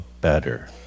better